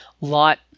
lot